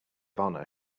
honor